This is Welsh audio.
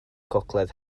gogledd